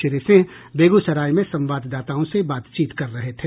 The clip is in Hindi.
श्री सिंह बेगूसराय में संवाददाताओं से बातचीत कर रहे थे